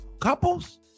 Couples